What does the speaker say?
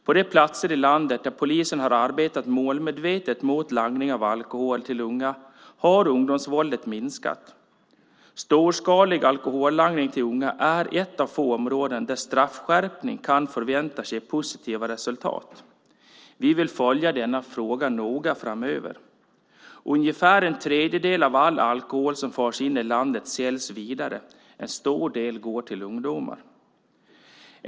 På de platser i landet där polisen har arbetat målmedvetet mot langning av alkohol till unga har ungdomsvåldet minskat. Storskalig alkohollangning till unga är ett av få områden där straffskärpning kan förväntas ge positiva resultat. Vi vill följa denna fråga noga framöver. Ungefär en tredjedel av all alkohol som förs in i landet säljs vidare. En stor del går till ungdomar.